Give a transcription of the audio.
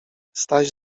staś